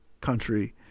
country